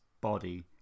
body